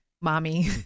mommy